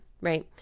right